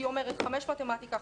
שמשמעותה 5 מתמטיקה,